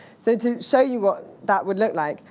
so to show you what that would look like,